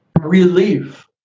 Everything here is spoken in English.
relief